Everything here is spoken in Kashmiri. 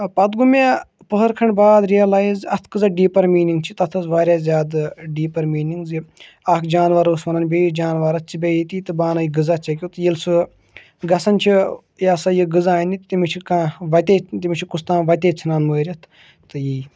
پَتہٕ گوٚو مےٚ پَہر کھنٛڈ باد رِِلایِز اَتھ کٔژھ ڈیٖپَر میٖنِنٛگ چھِ تَتھ ٲسۍ واریاہ زیادٕ ڈیٖپَر میٖنِنٛگ زِ اَکھ جانوَر اوس وَنان بیٚیِِس جانوَرَس ژٕ بیٚہہ ییٚتی تہٕ بہٕ اَنے غذا ژِےٚ کیُتھ ییٚلہِ سُہ گَژھان چھُ یہِ ہسا یہِ غذا اَننہِ تٔمِس چھُ کانٛہہ وَتے تٔمِس چھُ کُستام وَتے ژھُنان مٲرِتھ تہٕ یی